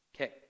Okay